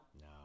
No